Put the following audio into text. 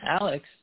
Alex